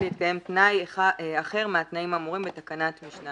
להתקיים תנאי אחר מהתנאים האמורים בתקנת המשנה